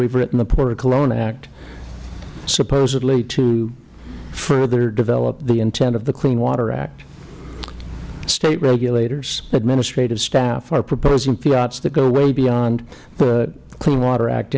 have written the porter cologne act supposedly to further develop the intent of the clean water act state regulators administrative staff are proposing fiats that go way beyond the clean water act